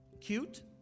cute